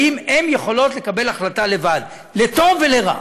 האם הן יכולות לקבל החלטה לבד, לטוב ולרע,